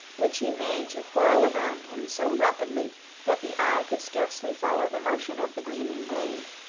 which he made to whirl around him so rapidly that the eye could scarcely follow the motion of the gleaming blade.